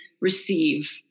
receive